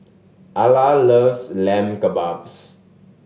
Ala loves Lamb Kebabs